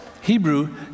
Hebrew